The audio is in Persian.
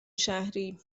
شهری